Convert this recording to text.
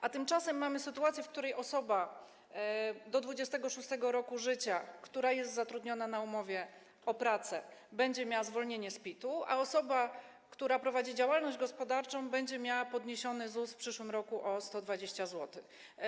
A tymczasem mamy sytuację, w której osoba do 26. roku życia, która jest zatrudniona na umowę o pracę, będzie miała zwolnienie z PIT, a osoba, która prowadzi działalność gospodarczą, będzie miała podwyższony ZUS w przyszłym roku o 120 zł.